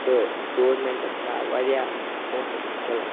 تہٕ گورمِنٹَس آو واریاہ پۅنٛسَن ہٕنٛز قِعلت